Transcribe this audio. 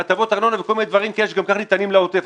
הטבות ארנונה וכל מיני דברים כאלה שגם כך ניתנים לעוטף.